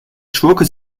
schurke